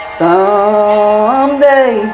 someday